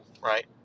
Right